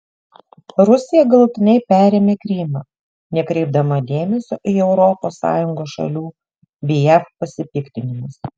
rusija galutinai perėmė krymą nekreipdama dėmesio į europos sąjungos šalių bei jav pasipiktinimus